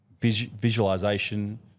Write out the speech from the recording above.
visualization